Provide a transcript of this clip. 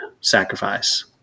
sacrifice